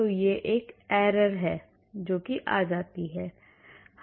तो यह वह error है जो आती है